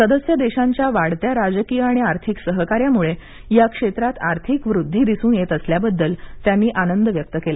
सदस्य देशांच्या वाढत्या राजकीय आणि आर्थिक सहकार्यामुळे या क्षेत्रात आर्थिक वृद्धी दिसून येत असल्याबद्दल त्यांनी आनंद व्यक्त केला